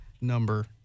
Number